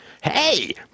Hey